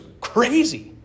crazy